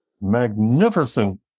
magnificent